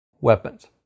weapons